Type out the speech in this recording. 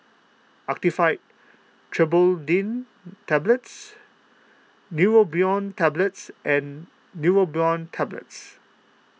Actifed Triprolidine Tablets Neurobion Tablets and Neurobion Tablets